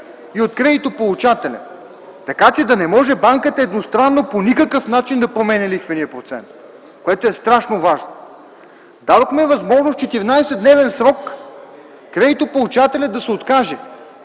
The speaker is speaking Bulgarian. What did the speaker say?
и от кредитополучателя, така че да не може банката едностранно по никакъв начин да променя лихвения процент. Това е страшно важно! Дадохме възможност в 14-дневен срок кредитополучателят да се откаже.